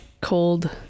cold